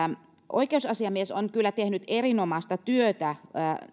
oikeusasiamies on kyllä tehnyt erinomaista työtä